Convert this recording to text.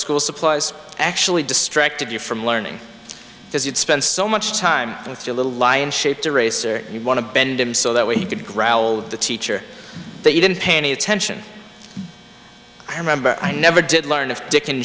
school supplies actually distracted you from learning because you'd spend so much time with your little lie in shape to race or you want to bend him so that we could growled the teacher that you didn't pay any attention remember i never did learn of dick and